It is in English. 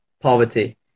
poverty